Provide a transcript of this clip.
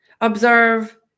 observe